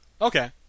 Okay